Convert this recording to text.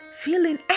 feeling